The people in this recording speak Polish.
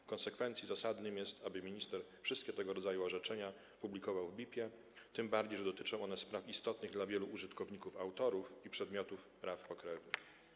W konsekwencji zasadne jest, aby minister wszystkie tego rodzaju orzeczenia publikował w BIP-ie, tym bardziej że dotyczą one spraw istotnych dla wielu użytkowników autorów i przedmiotów praw pokrewnych.